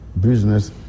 business